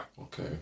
Okay